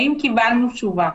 האם קיבלנו תשובה?